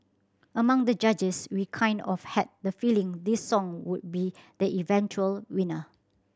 amongst the judges we kind of had the feeling this song would be the eventual winner